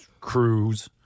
cruise